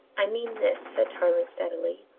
i mean this, said tarling steadily.